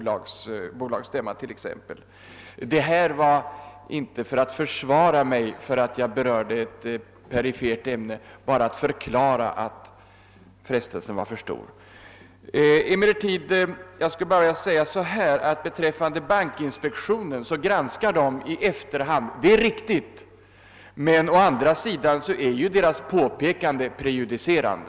Jag berörde inte detta perifera ämne därför att jag ville försvara mig utan därför att det var alltför frestande att gå in på det. Men jag skulle bara vilja säga så här: Det är å ena sidan riktigt att bankinspektionen gör en granskning i efterhand, men å andra sidan är ju bankinspektionens påpekanden prejudicerande.